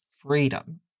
freedom